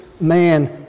man